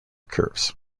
curves